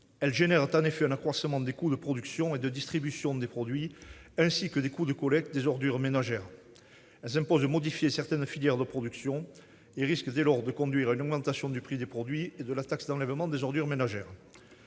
Elles génèrent en effet un accroissement des coûts de production et de distribution des produits ainsi que des coûts de collecte des ordures ménagères. Elles imposent de modifier certaines filières de production et risquent dès lors de conduire à une augmentation du prix des produits et de la taxe d'enlèvement des ordures ménagères.